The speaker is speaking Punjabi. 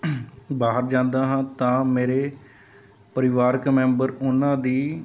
ਬਾਹਰ ਜਾਂਦਾ ਹਾਂ ਤਾਂ ਮੇਰੇ ਪਰਿਵਾਰਕ ਮੈਂਬਰ ਉਹਨਾਂ ਦੀ